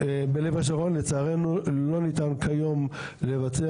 בלב השרון לצערנו לא ניתן כיום לבצע